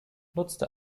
nutzte